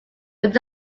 would